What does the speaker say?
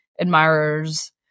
admirers